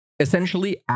Essentially